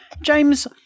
James